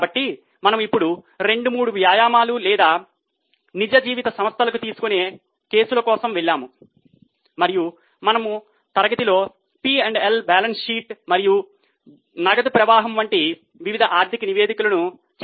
కాబట్టి మనము అప్పుడు 2 3 వ్యాయామాలు లేదా నిజ జీవిత సంస్థలను తీసుకునే కేసుల కోసం వెళ్ళాము మరియు మనము తరగతిలో పి మరియు ఎల్ బ్యాలెన్స్ షీట్ మరియు నగదు ప్రవాహం వంటి వివిధ ఆర్థిక నివేదికలను చేసాము